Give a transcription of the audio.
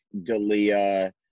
Dalia